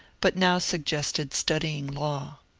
but now suggested studying law.